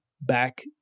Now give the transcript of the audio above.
back